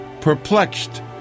perplexed